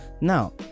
now